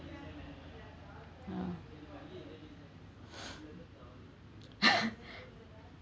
uh